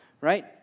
right